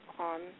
on